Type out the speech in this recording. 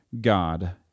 God